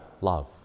love